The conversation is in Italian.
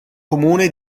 comune